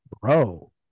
bro